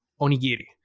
onigiri